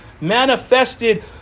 manifested